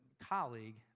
colleague